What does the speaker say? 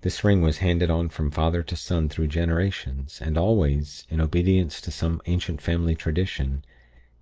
this ring was handed on from father to son through generations, and always in obedience to some ancient family tradition